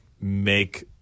make